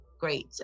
great